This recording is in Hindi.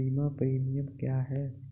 बीमा प्रीमियम क्या है?